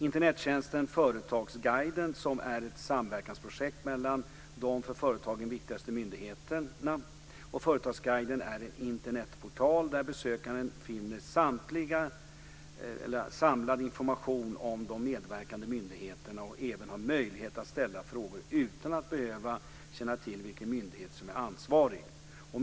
Internettjänsten Företagarguiden är ett samverkansprojekt mellan de för företagen viktigaste myndigheterna, och Företagarguiden är en Internetportal där besökaren finner samlad information om de medverkande myndigheterna och även har möjlighet att ställa frågor utan att behöva känna till vilken myndighet som är ansvarig.